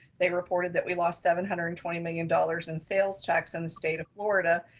they reported that we lost seven hundred and twenty million dollars in sales tax in the state of florida.